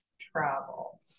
travel